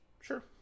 sure